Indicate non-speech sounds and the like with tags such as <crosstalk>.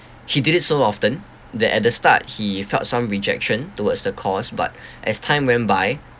he did it so often that at the start he felt some rejection towards the cause but <breath> as time went by